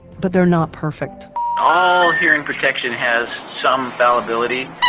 but they're not perfect all hearing protection has some fallibility.